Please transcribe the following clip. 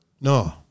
no